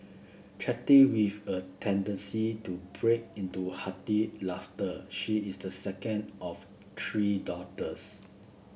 chatty with a tendency to break into hearty laughter she is the second of three daughters